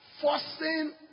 Forcing